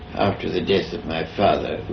after the death of my father,